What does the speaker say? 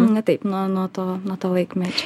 na taip nuo nuo to nuo to laikmečio